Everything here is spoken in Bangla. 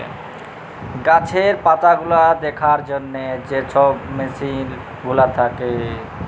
গাহাচের পাতাগুলা দ্যাখার জ্যনহে যে ছব মেসিল গুলা থ্যাকে